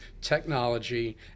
technology